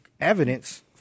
evidence